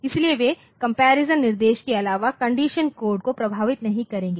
इसलिए वे कम्परीजन निर्देश के अलावा कंडीशन कोड को प्रभावित नहीं करेंगे